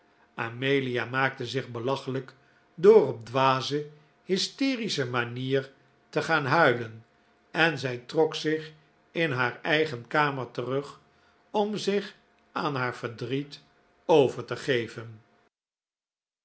amelia maakte zich belachelijk door op dwaze hysterische manier te gaan huilen en zij trok zich in haar eigen kamer terug om zich aan haar verdriet over te geven